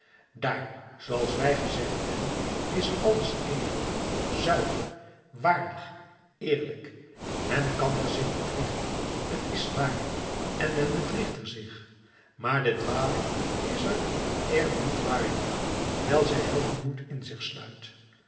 daar zooals wij gezegd hebben is alles edel zuiver waardig eerlijk men kan er zich bedriegen t is waar en men bedriegt er zich maar de dwaling is er eerbiedwaardig wijl zij heldenmoed in zich sluit